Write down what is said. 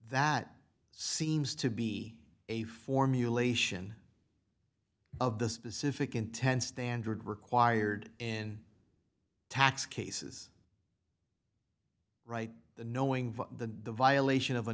that seems to be a formulation of the specific intent standard required in tax cases right knowing the violation of a